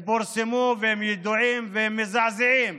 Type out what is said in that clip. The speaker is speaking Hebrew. הם פורסמו, הם ידועים והם מזעזעים.